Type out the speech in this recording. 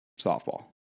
Softball